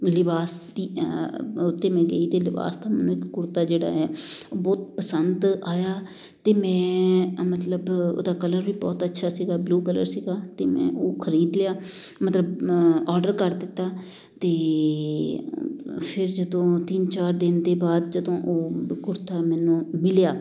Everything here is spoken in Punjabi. ਲਿਬਾਸ ਦੀ ਉਹ 'ਤੇ ਮੈਂ ਗਈ ਅਤੇ ਲਿਬਾਸ ਦਾ ਮੈਨੂੰ ਇੱਕ ਕੁੜਤਾ ਜਿਹੜਾ ਹੈ ਉਹ ਬਹੁਤ ਪਸੰਦ ਆਇਆ ਅਤੇ ਮੈਂ ਅ ਮਤਲਬ ਉਹਦਾ ਕਲਰ ਵੀ ਬਹੁਤ ਅੱਛਾ ਸੀਗਾ ਬਲੂ ਕਲਰ ਸੀਗਾ ਅਤੇ ਮੈਂ ਉਹ ਖਰੀਦ ਲਿਆ ਮਤਲਬ ਔਡਰ ਕਰ ਦਿੱਤਾ ਅਤੇ ਫਿਰ ਜਦੋਂ ਤਿੰਨ ਚਾਰ ਦਿਨ ਦੇ ਬਾਅਦ ਜਦੋਂ ਉਹ ਕੁੜਤਾ ਮੈਨੂੰ ਮਿਲਿਆ